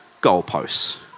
goalposts